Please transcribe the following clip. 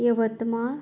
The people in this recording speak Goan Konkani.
येवथ्मा